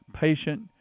patient